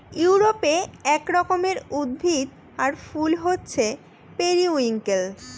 ইউরোপে এক রকমের উদ্ভিদ আর ফুল হছে পেরিউইঙ্কেল